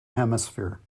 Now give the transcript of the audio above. hemisphere